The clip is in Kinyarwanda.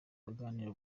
baganire